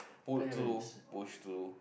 pulled through pushed through